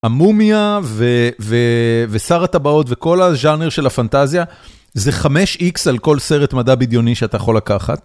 המומיה ושר הטבעות וכל הז'אנר של הפנטזיה זה 5x על כל סרט מדע בדיוני שאתה יכול לקחת.